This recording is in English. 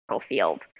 field